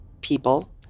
people